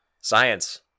science